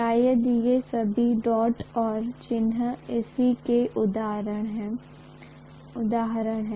शायद ये सभी डॉट और चिह्न इसके उदाहरण हैं